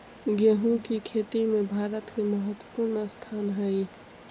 गोहुम की खेती में भारत के महत्वपूर्ण स्थान हई